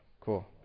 Cool